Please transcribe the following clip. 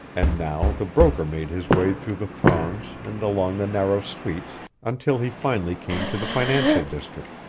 and now the broker made his way through the throngs and along the narrow streets until he finally came to the financial district.